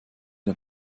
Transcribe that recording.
der